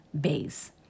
base